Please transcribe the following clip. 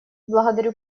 благодарю